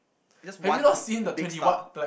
it's just one big star